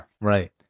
right